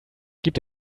gibt